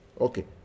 Okay